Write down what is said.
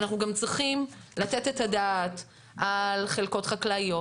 אנחנו גם צריכים לתת את הדעת על חלקות חקלאיות,